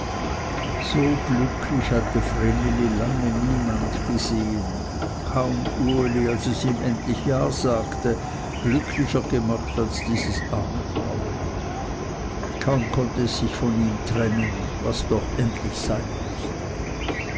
so glücklich hatte vreneli lange niemand gesehen kaum uli als es ihm endlich ja sagte glücklicher gemacht als dieses arme fraueli kaum konnte es sich von ihm trennen was doch endlich sein mußte